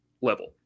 level